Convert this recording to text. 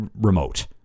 remote